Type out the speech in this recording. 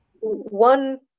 one